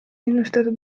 ennustada